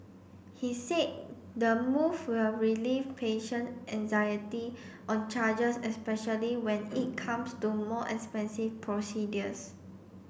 he said the move will relieve patient anxiety on charges especially when it comes to more expensive procedures